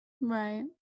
right